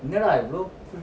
no lah I broke